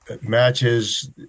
matches